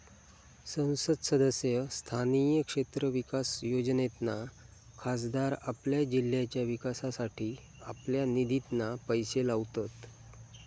संसद सदस्य स्थानीय क्षेत्र विकास योजनेतना खासदार आपल्या जिल्ह्याच्या विकासासाठी आपल्या निधितना पैशे लावतत